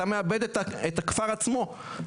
אתה מאבד את הכפר עצמו.